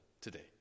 today